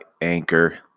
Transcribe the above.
Anchor